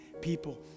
people